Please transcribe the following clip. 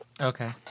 okay